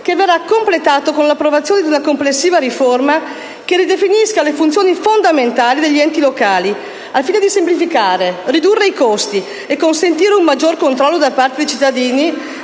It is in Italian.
che verrà completato con l'approvazione di una complessiva riforma che ridefinisca le funzioni fondamentali degli enti locali, al fine di semplificare, ridurre i costi e consentire un maggior controllo da parte dei cittadini,